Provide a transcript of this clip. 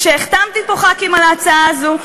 כשהחתמתי פה חברי כנסת על ההצעה הזאת,